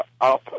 up